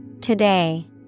Today